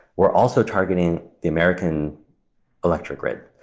were also targeting the american electric grid.